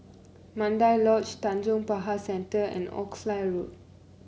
Mandai Lodge Tanjong Pagar Centre and Oxley Road